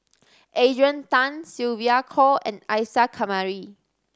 Adrian Tan Sylvia Kho and Isa Kamari